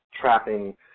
trapping